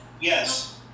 Yes